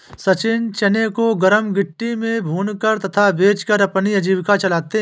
सचिन चने को गरम मिट्टी में भूनकर तथा बेचकर अपनी आजीविका चलाते हैं